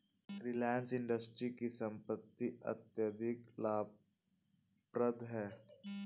Reliance Industries की संपत्ति अत्यधिक लाभप्रद है